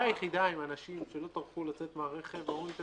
היחידה עם אנשים שלא טרחו לצאת מהרכב ואומרים,